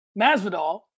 Masvidal